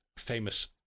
Famous